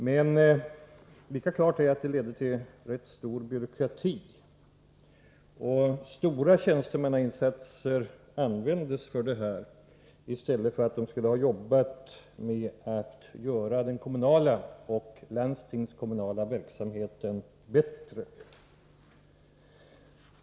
Lika klart är att tidigareläggningarna ledde till rätt stor byråkrati. En stor del av tjänstemännens arbetsinsatser fick avsättas för tidigareläggningarna i stället för att användas i arbetet med att göra den kommunala och landstingskommunala verksamheten bättre.